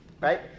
right